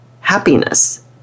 happiness